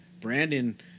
Brandon